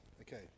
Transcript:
Okay